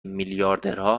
میلیاردها